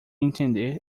entender